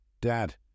Dad